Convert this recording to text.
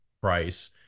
price